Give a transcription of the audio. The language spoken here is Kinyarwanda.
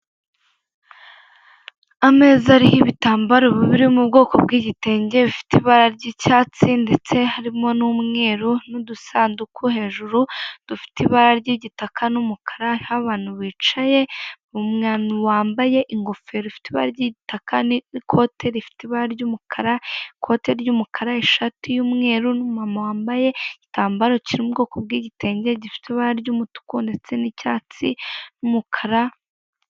Ameza ariho ibitambaro biri mu bwoko bw'igitenge bifite ibara ry'icyatsi ndetse harimo n'umweru n'udusanduku hejuru dufite ibara ry'igitaka n'umukara, aho abantu bicaye, umuntu wambaye ingoferi ifite ibara ry'igitaka n'ikote rifite ibara ry'umukara, ikote ry'umukara, ishati y'umweru, n'umumama wambaye igitambaro kiri mu bwoko bw'igitenge gifite ibara ry'umutuku ndetse n'icyatsi n'umukara.